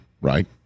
right